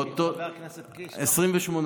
חבר הכנסת קיש, כמה שרים היו?